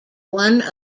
one